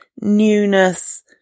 newness